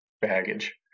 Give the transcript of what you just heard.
baggage